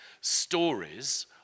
stories